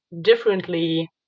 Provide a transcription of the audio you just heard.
differently